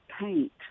paint